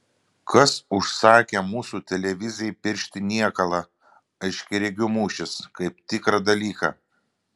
kas užsakė mūsų televizijai piršti niekalą aiškiaregių mūšis kaip tikrą dalyką